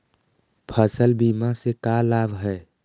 फसल बीमा से का लाभ है?